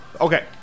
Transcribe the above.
Okay